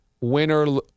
winner